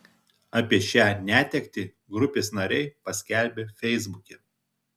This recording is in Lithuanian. apie šią netektį grupės nariai paskelbė feisbuke